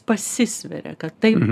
pasisveria kad taip